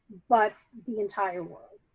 but the entire world.